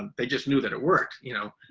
and they just knew that it worked, you know,